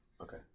Okay